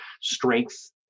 strength